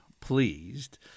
pleased